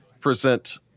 present